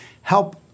Help